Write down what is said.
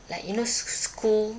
like you know school